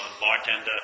bartender